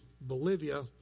Bolivia